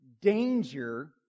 danger